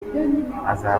azafungwa